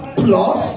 plus